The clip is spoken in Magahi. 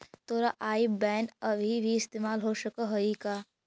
तोरा आई बैन अभी भी इस्तेमाल हो सकऽ हई का?